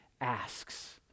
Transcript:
asks